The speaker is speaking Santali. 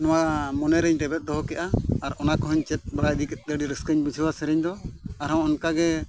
ᱱᱚᱣᱟ ᱢᱚᱱᱮᱨᱮᱧ ᱨᱮᱵᱮᱫ ᱫᱚᱦᱚ ᱠᱮᱫᱼᱟ ᱟᱨ ᱚᱱᱟ ᱠᱚᱦᱚᱧ ᱪᱮᱫ ᱵᱟᱲᱟ ᱤᱫᱤ ᱠᱮᱫᱛᱮ ᱟᱹᱰᱤ ᱨᱟᱹᱥᱠᱟᱹᱧ ᱵᱩᱡᱷᱟᱹᱣᱟ ᱥᱮᱨᱮᱧ ᱫᱚ ᱟᱨᱦᱚᱸ ᱚᱱᱠᱟᱜᱮ